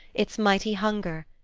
its mighty hunger,